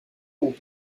aux